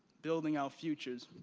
building our futures,